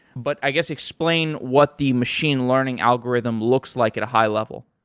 but i guess explain what the machine learning algorithm looks like at a high level.